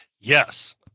Yes